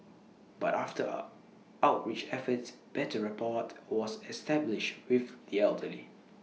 but after up outreach efforts better rapport was established with the elderly